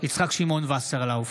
יצחק שמעון וסרלאוף,